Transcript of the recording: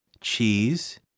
cheese